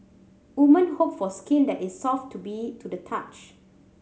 woman hope for skin that is soft to be to the touch